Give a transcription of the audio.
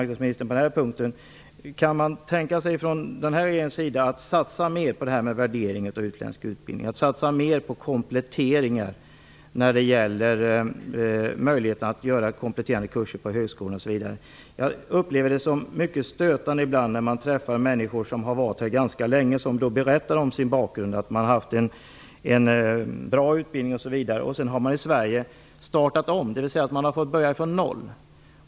Kan regeringen tänka sig att satsa mer på värdering av utländsk utbildning, att satsa mer på möjligheten till kompletterande kurser på högskolorna osv.? Jag upplever det ibland som mycket stötande när jag träffar människor som har varit här ganska länge och som berättar om sin bakgrund, att de har en bra utbildning osv. och sedan fått starta om här i Sverige, dvs. de har fått börja från noll.